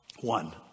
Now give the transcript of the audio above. One